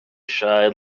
shied